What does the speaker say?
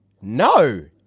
No